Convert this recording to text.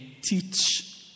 teach